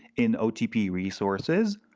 in otp resources,